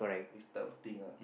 this type of thing ah